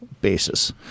basis